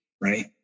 right